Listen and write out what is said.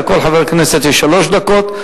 לכל חבר כנסת יש שלוש דקות,